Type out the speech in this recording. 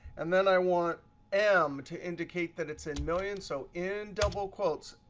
and then i want m to indicate that it's in millions. so in double quotes,